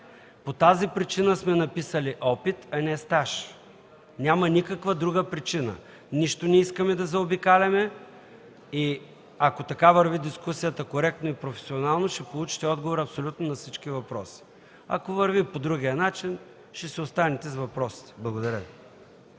По тази причина сме написали „опит”, а не „стаж”. Няма никаква друга причина! Нищо не искаме да заобикаляме и ако така върви дискусията – коректно и професионално, ще получите отговор абсолютно на всички въпроси. Ако вървим по другия начин, ще си останете с въпросите. Благодаря Ви.